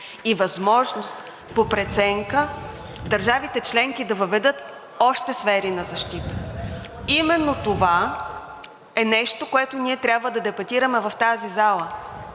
и възможност по преценка държавите членки да въведат още сфери на защита. Именно това е нещо, което ние трябва да дебатираме в тази зала: